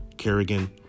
Kerrigan